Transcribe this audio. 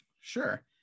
sure